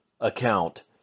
account